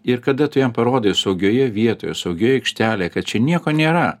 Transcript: ir kada tu jam parodai saugioje vietoje saugioje aikštelėje kad čia nieko nėra